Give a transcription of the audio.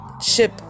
ship